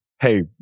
hey